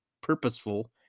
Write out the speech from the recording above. purposeful